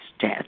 death